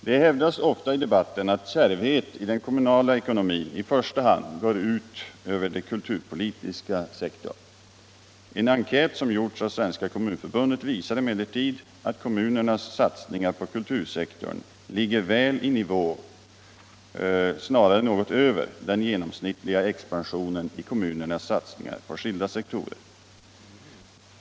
Det hävdas ofta i debatten att kärvhet i den kommunala ekonomin i första hand går ut över den kulturpolitiska sektorn. En enkät som gjorts av Svenska kommunförbundet visar emellertid att kommunernas satsningar på kultursektorn ligger väl i nivå med — snarare något över — den genomsnittliga expansionen i kommunernas satsningar på skilda sektorer.